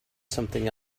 something